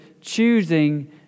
choosing